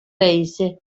рәисе